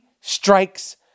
strikes